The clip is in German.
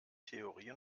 theorie